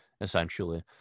Essentially